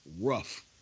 rough